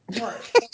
Right